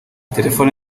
telephone